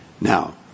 Now